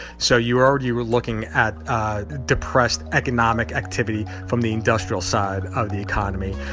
so you already were looking at depressed economic activity from the industrial side of the economy.